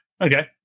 Okay